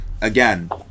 Again